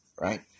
right